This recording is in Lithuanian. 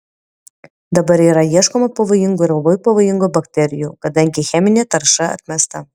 dabar yra ieškoma pavojingų ir labai pavojingų bakterijų kadangi cheminė tarša atmesta